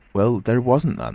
well there wasn't none.